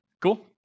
Cool